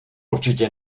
určitě